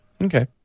Okay